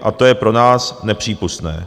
A to je pro nás nepřípustné.